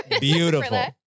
beautiful